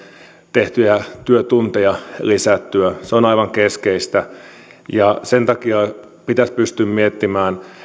tehtyjä työtunteja lisättyä se on aivan keskeistä sen takia pitäisi pystyä miettimään